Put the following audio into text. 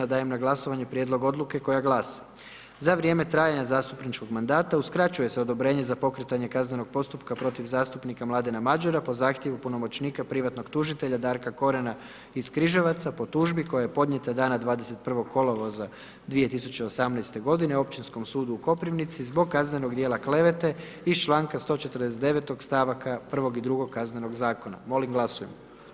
Dajem na glasovanje Prijedlog odluke koja glasi: „Za vrijeme trajanja zastupničkog mandata uskraćuje se odobrenje za pokretanje kaznenog postupaka protiv zastupnika Mladena Madjera po zahtjevu punomoćnika privatnog tužitelja Darka Korena iz Križevaca po tužbi koja je podnijeta dana 21. kolovoza 2018. godine Općinskom sudu u Koprivnici zbog kaznenog dijela klevete iz članka 149. stavaka 1. i 2. Kaznenog zakona.“ Molim glasujmo.